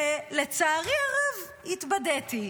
ולצערי הרב, התבדיתי.